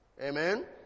Amen